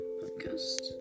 podcast